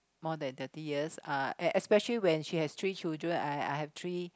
more than thirty years uh especially when she has three children and I have three